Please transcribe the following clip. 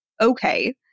okay